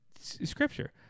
scripture